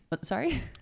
Sorry